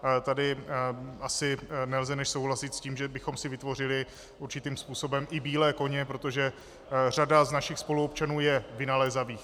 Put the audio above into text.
A tady asi nelze než souhlasit s tím, že bychom si vytvořili určitým způsobem i bílé koně, protože řada z našich spoluobčanů je vynalézavých.